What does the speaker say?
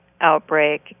outbreak